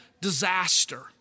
disaster